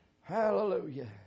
Hallelujah